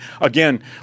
again